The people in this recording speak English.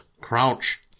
Crouch